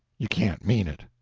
you can't mean it!